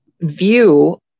view